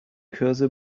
cursor